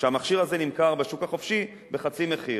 כשהמכשיר הזה נמכר בשוק החופשי בחצי מחיר.